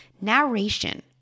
Narration